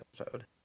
episode